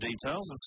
details